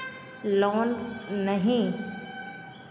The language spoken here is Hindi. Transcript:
लोन नहीं